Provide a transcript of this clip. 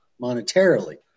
monetarily